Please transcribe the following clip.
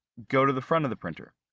go to the front of the printer.